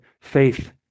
faith